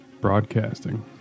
broadcasting